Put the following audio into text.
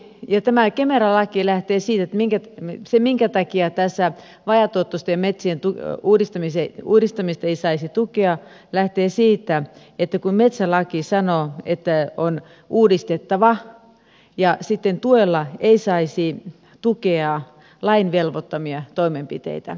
ja tämä kemera laki lähtee siitä minkä se minkä takia tässä vajaatuottoisten metsien uudistamista ei saisi tukea lähtee siitä että metsälaki sanoo että on uudistettava ja sitten tuella ei saisi tukea lain velvoittamia toimenpiteitä